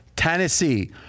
Tennessee